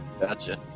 Gotcha